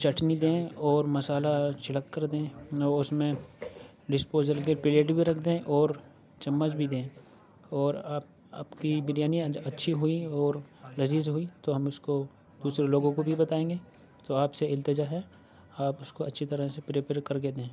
چٹنی دیں اور مسالہ چھڑک کر دیں نہ اُس میں ڈسپوزل کے پلیٹ بھی رکھ دیں اور چمچ بھی دیں اور آپ آپ کی بریانی آج اچھی ہوئی اور لذیذ ہو گئی تو ہم اُس کو دوسرے لوگوں کو بھی بتائیں گے تو آپ سے اِلتجا ہے آپ اُس کو اچھی طرح سے پریپر کرکے دیں